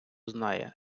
знає